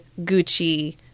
Gucci